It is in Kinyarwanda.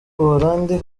buholandi